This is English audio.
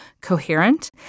coherent